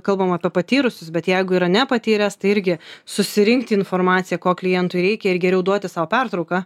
kalbam apie patyrusius bet jeigu yra nepatyręs tai irgi susirinkti informaciją ko klientui reikia ir geriau duoti sau pertrauką